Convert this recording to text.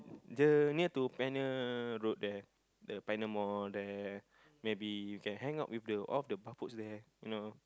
the near to pioneer-road there the pioneer-mall there maybe you can hang out with the all the bapok there you know